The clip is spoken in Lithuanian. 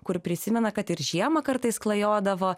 kur prisimena kad ir žiemą kartais klajodavo